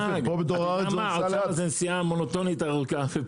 זו נסיעה מונוטונית ארוכה.